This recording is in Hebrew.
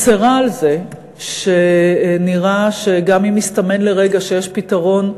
מצרה על זה שנראה שגם אם מסתמן לרגע שיש פתרון,